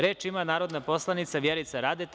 Reč ima narodna poslanica Vjerica Radeta.